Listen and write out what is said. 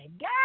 God